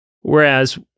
Whereas